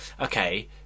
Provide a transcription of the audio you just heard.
Okay